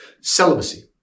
celibacy